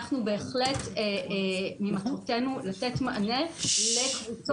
בהחלט ממטרותינו לתת מענה לקבוצות